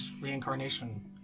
reincarnation